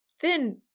thin